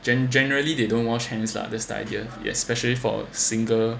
generally they don't wash hands lah that's the idea especially for a single